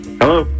hello